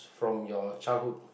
from your childhood